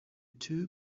two